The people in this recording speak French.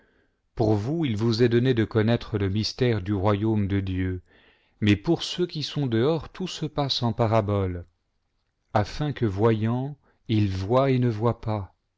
pour vous il vous est donné de connaître le mystère du royaume de dieu mais pour ceux qui sont dehors tout se passe en parabole afin que voyant ils voient et ne voient pas